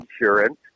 insurance